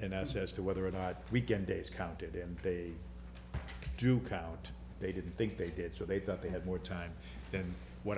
and as as to whether or not weekend days counted and they do come out they didn't think they did so they thought they had more time than wh